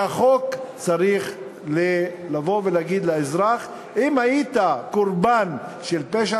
והחוק צריך להגיד לאזרח: אם היית קורבן של פשע